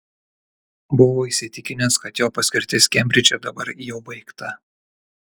buvo įsitikinęs kad jo paskirtis kembridže dabar jau baigta